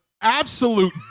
absolute